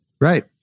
Right